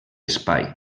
espai